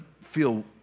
feel